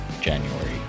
January